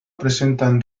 presentan